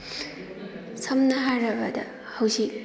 ꯁꯝꯅ ꯍꯥꯏꯔꯕꯗ ꯍꯧꯖꯤꯛ